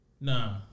Nah